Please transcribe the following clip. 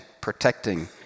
protecting